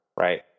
Right